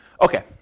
Okay